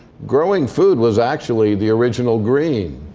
growing food was actually the original green.